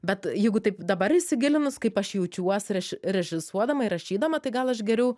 bet jeigu taip dabar įsigilinus kaip aš jaučiuos ir aš režisuodama ir rašydama tai gal aš geriau